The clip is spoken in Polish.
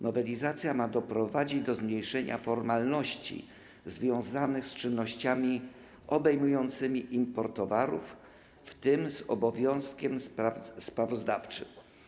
Nowelizacja ma doprowadzić do zmniejszenia formalności związanych z czynnościami obejmującymi import towarów, w tym z obowiązkiem sprawozdawczym.